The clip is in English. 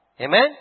Amen